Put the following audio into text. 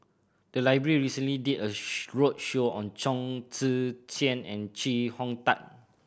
the library recently did a roadshow on Chong Tze Chien and Chee Hong Tat